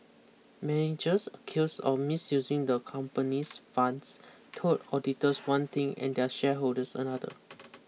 managers accused of misusing the company's funds told auditors one thing and their shareholders another